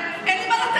אין לי מה לתת.